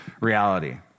reality